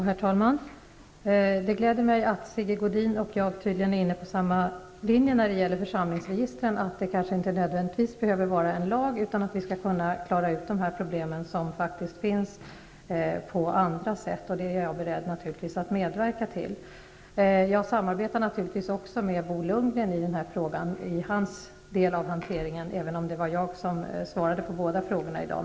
Herr talman! Det glädjer mig att Sigge Godin och jag tydligen är inne på samma linje när det gäller församlingsregistren, dvs. att det kanske inte nödvändigtvis behöver vara en lag, utan att vi skall kunna klara ut de problem som faktiskt finns på andra sätt. Jag är naturligtvis beredd att medverka till detta. Jag samarbetar givetvis också med Bo Lundgren i hans del av hanteringen av den här frågan, även om det var jag som svarade på båda interpellationerna i dag.